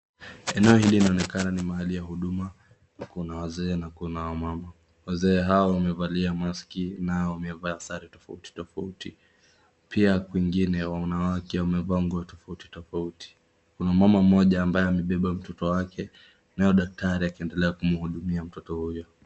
Eneo hili linaonekana ni mahali ya huduma, kuna waze na kuna mama. Wazee hao wamevalia maski na wamevaa sare tofauti tofauti. Pia kwingine wanawake wamevaa nguo tofauti tofauti. Kuna mama mmoja ambaye amebeba mtoto wake naye daktari akiendelea kumhudumia mtoto huyo.